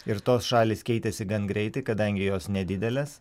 ir tos šalys keitėsi gan greitai kadangi jos nedidelės